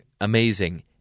amazing